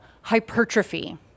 hypertrophy